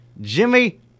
Jimmy